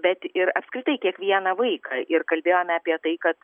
bet ir apskritai kiekvieną vaiką ir kalbėjome apie tai kad